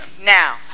Now